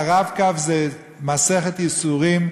ה"רב-קו" הוא מסכת ייסורים לנהג,